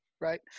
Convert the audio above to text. right